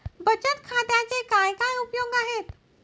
बचत खात्याचे काय काय उपयोग आहेत?